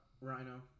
rhino